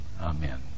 Amen